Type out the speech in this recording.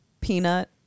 Peanut